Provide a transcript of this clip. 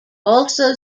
also